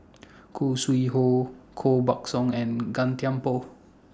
Khoo Sui Hoe Koh Buck Song and Gan Thiam Poh